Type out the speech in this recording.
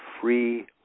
free